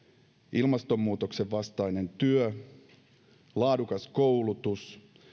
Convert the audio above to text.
ilmastonmuutoksen vastainen työ laadukas koulutus